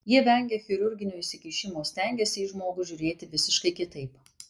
jie vengia chirurginio įsikišimo stengiasi į žmogų žiūrėti visiškai kitaip